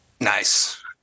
Nice